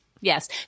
Yes